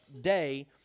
day